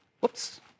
Whoops